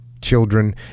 children